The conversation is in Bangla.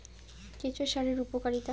কেঁচো সারের উপকারিতা?